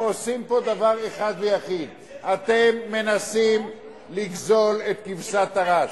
אתם עושים פה דבר אחד ויחיד: אתם מנסים לגזול את כבשת הרש.